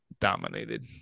dominated